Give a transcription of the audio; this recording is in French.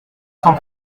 cent